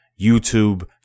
YouTube